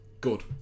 Good